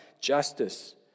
justice